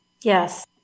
Yes